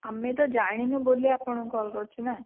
ଆମେ ତ ଜାଣିନୁ ବୋଲି ଆପଣଙ୍କୁ କଲ୍ କରିଛୁ ନା